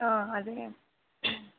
అదే